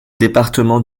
département